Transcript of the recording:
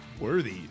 worthy